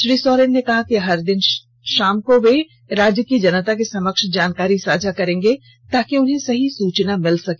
श्री सोरेन ने कहा कि हर दिन शाम को वे राज्य की जनता के समक्ष जानकारी साझा करेंगे ताकि उन्हें सही सूचना मिल सके